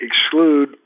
exclude